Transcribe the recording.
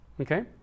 Okay